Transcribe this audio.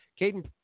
Caden